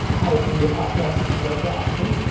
how it could be a podcast, if you'd like to ask me,